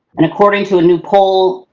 and according to a new poll,